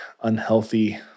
unhealthy